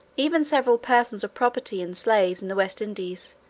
even several persons of property in slaves in the west indies,